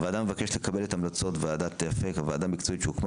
הוועדה מבקשת לקבל את המלצות "ועדת אפק" ועדה מקצועית שהוקמה